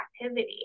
activity